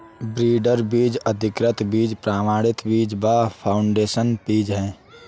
breeder बीज, अधिकृत बीज, प्रमाणित बीज व फाउंडेशन बीज है